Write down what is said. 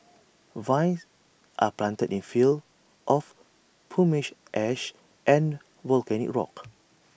vines are planted in fields of pumice ash and volcanic rock